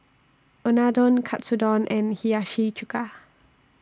Unadon Katsudon and Hiyashi Chuka